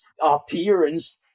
appearance